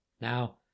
Now